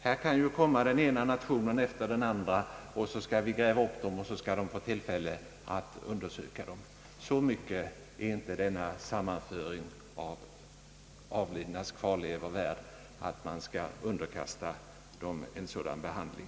Här kan ju den ena nationen efter den andra begära att vi skall gräva upp stoft för att de skall få tillfälle att undersöka dem, Så viktig är inte denna sammanföring av de avlidnas kvarlevor, att man bör underkasta dem en sådan behandling.